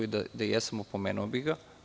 Da jesam, opomenuo bih ga.